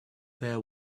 their